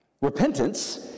repentance